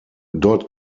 dort